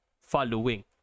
following